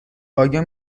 آیا